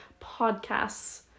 podcasts